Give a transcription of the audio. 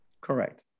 Correct